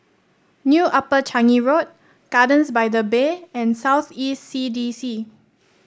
New Upper Changi Road Gardens by the Bay and South East C D C